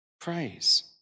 praise